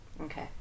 Okay